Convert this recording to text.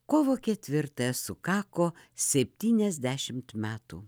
kovo ketvirtąją sukako septyniasdešimt metų